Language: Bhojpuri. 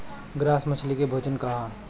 ग्रास मछली के भोजन का ह?